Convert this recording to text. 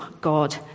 God